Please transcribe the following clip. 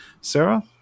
Sarah